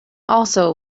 also